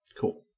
Cool